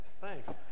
Thanks